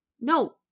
No